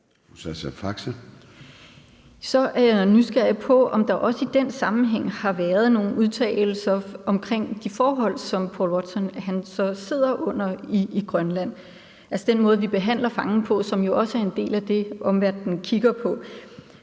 Så er jeg nysgerrig på, om der også i den sammenhæng har været nogle udtalelser omkring de forhold, som Paul Watson sidder under i Grønland, altså den måde, vi behandler fangen på, som jo også er en del af det, omverdenen kigger på.